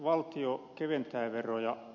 valtio keventää veroja